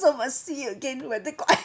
must see again whether got hand